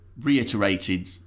reiterated